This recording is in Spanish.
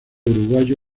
uruguayo